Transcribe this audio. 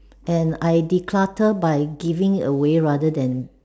and I declutter by giving away rather than